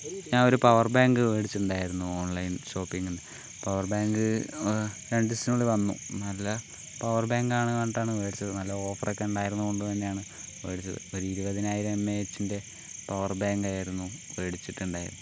ഞാൻ ഒരു power bank മേടിച്ചിട്ടുണ്ടായിരുന്നു ഓൺലൈൻ ഷോപ്പിങ്ങിൽ നിന്ന് പവർ ബേങ്ക് രണ്ടു ദിവസത്തിനുള്ളിൽ വന്നു നല്ല പവർ ബേങ്കാണെന്ന് പറഞ്ഞിട്ടാണ് മേടിച്ചത് നല്ല ഓഫർ ഒക്കെ ഉണ്ടായിരുന്നത് കൊണ്ട് തന്നെയാണ് മേടിച്ചത് ഒരു ഇരുപതിനായിരം എം എ എച്ചിന്റെ പവർ ബേങ്കായിരുന്നു മേടിച്ചിട്ടുണ്ടായിരുന്നത്